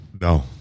No